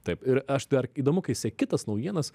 taip ir aš dar įdomu kai seki tas naujienas